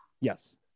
yes